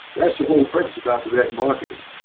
that's the whole purpose about direct marketing,